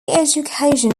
education